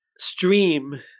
stream